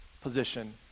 position